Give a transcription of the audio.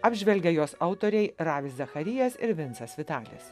apžvelgia jos autoriai ravis zacharijas ir vincas vitalis